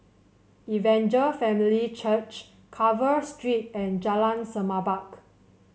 Evangel Family Church Carver Street and Jalan Semerbak